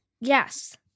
Yes